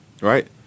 Right